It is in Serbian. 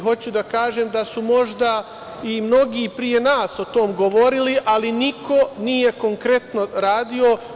Hoću da kažem da su i mnogi pre nas o tome govorili, ali niko nije konkretno radio.